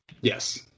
Yes